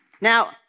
Now